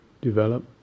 develop